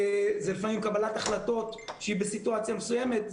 זה לפעמים קבלת החלטות שהיא בסיטואציה מסוימת,